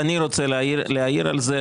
דווקא אני רוצה להעיר על זה.